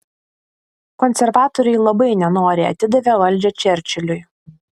konservatoriai labai nenoriai atidavė valdžią čerčiliui